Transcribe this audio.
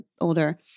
older